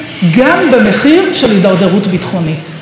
גם במחיר של הידרדרות ביטחונית.